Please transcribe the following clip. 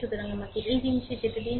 সুতরাং আমাকে এই জিনিস যেতে দিন